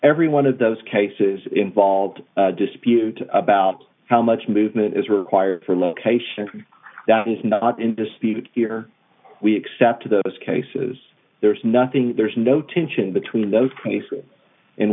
every one of those cases involved dispute about how much movement is required for a location that is not in dispute here we accept those cases there's nothing there's no tension between those c